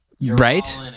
Right